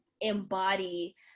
embody